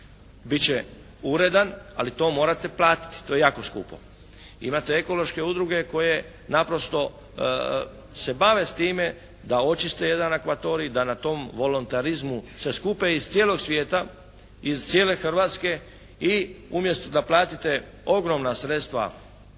će uredan ali to morate platiti, to je jako skupo. Imate ekološke udruge koje naprosto se bave time da očiste jedan akvatorij, da na tom volonterizmu se skupe iz cijelog svijeta, iz cijele Hrvatske i umjesto da platite ogromna sredstva,